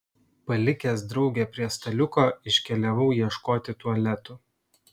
palikęs draugę prie staliuko iškeliavau ieškoti tualetų